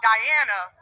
Diana